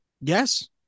yes